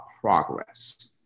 progress